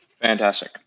Fantastic